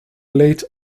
late